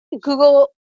Google